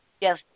Yes